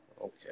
Okay